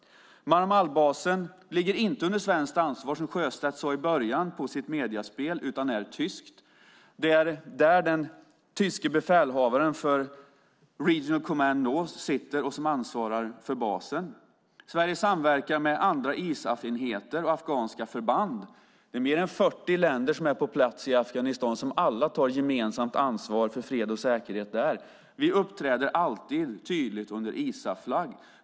Marmalbasen ligger inte under svenskt ansvar, som Sjöstedt sade i början av sitt mediespel, utan tyskt. Det är där den tyske befälhavaren för Regional Command North sitter och som ansvarar för basen. Sverige samverkar med andra ISAF-enheter och afghanska förband. Det är mer än 40 länder som är på plats i Afghanistan och som alla tar gemensamt ansvar för fred och säkerhet där. Vi uppträder alltid tydligt under ISAF:s flagg.